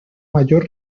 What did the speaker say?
mayor